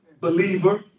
believer